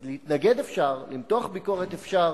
אז להתנגד אפשר, למתוח ביקורת אפשר.